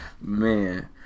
Man